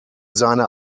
seine